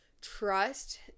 trust